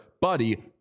Buddy